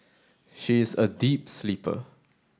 she is a deep sleeper